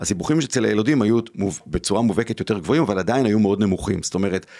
הסיבוכים שאצל הילודים היו בצורה מובהקת יותר גבוהים אבל עדיין היו מאוד נמוכים, זאת אומרת...